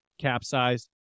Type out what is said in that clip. capsized